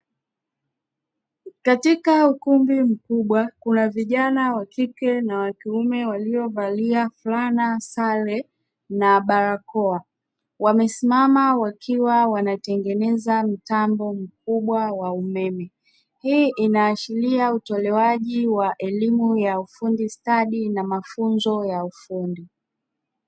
Katika ukumbi mkubwa kuna vijana wa kike na wa kiume waliovalia fulana sare na barakoa, wamesimama wakiwa wanatengeneza mtambo mkubwa wa umeme hii inaashiria utolewaji wa elimu ya ufundi stadi na mafunzo ya ufundi.